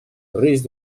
risc